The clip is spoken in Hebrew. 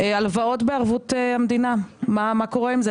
הלוואות בערבות מדינה מה קורה עם זה?